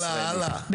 הלאה הלאה.